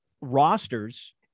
rosters